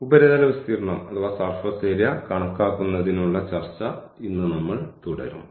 ഉപരിതല വിസ്തീർണ്ണം കണക്കാക്കുന്നതിനുള്ള ചർച്ച ഇന്ന് നമ്മൾ തുടരും